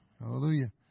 Hallelujah